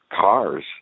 cars